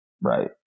Right